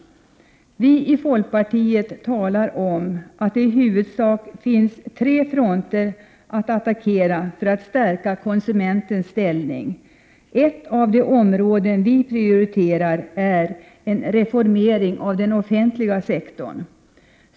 Vii folkpartiet talar om att det i huvudsak finns tre fronter att attackera för att stärka konsumenternas ställning. Ett av de områden vi prioriterar är en reformering av den offentliga sektorn.